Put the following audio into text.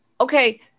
Okay